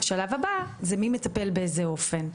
השלב הבא הוא מי מטפל ובאיזה אופן,